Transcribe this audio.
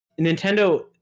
Nintendo